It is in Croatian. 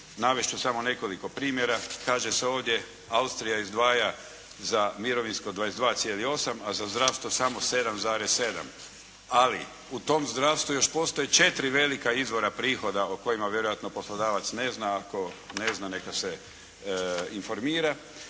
Navesti ću samo nekoliko primjera. Kaže se ovdje, Austrija izdvaja za mirovinsko 22,8, a za zdravstvo 7,7. Ali u tom zdravstvu još postoji četiri velika izvora prihoda o kojima vjerojatno poslodavac ne zna ako ne zna neka se informira.